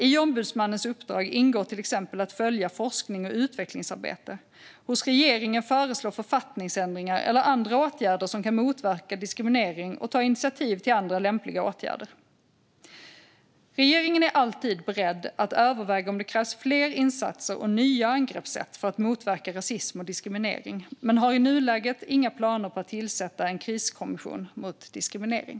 I ombudsmannens uppdrag ingår till exempel att följa forskning och utvecklingsarbete, hos regeringen föreslå författningsändringar eller andra åtgärder som kan motverka diskriminering och ta initiativ till andra lämpliga åtgärder. Regeringen är alltid beredd att överväga om det krävs fler insatser och nya angreppsätt för att motverka rasism och diskriminering men har i nuläget inga planer på att tillsätta en kriskommission mot diskriminering.